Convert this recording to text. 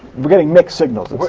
we are getting mixed signals.